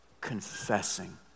confessing